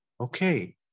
okay